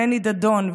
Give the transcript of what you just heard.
מני דדון,